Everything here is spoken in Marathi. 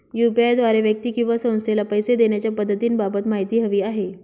यू.पी.आय द्वारे व्यक्ती किंवा संस्थेला पैसे देण्याच्या पद्धतींबाबत माहिती हवी आहे